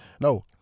No